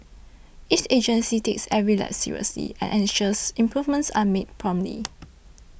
each agency takes every lapse seriously and ensures improvements are made promptly